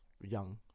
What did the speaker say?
young